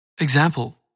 Example